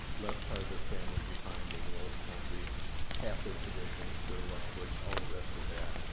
left part of their family behind in the old country half their traditions, their language, all the rest of that.